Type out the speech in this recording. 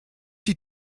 die